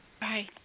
Bye